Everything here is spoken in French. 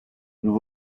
nous